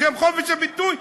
בשם חופש הביטוי,